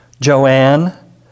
Joanne